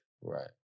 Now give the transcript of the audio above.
Right